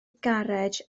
garej